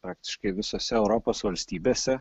praktiškai visose europos valstybėse